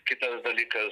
kitas dalykas